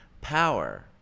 Power